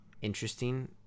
interesting